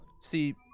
See